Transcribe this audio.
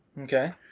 Okay